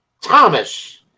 Thomas